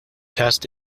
test